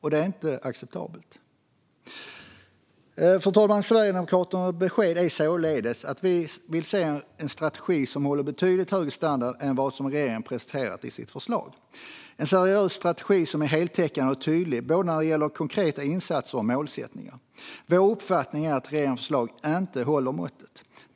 Detta är inte acceptabelt. Fru talman! Sverigedemokraternas besked är således att vi vill se en strategi som håller betydligt högre standard än den som regeringen presenterat i sitt förslag - en seriös strategi som är heltäckande och tydlig när det gäller både konkreta insatser och målsättningar. Vår uppfattning är att regeringens förslag inte håller måttet.